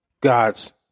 God's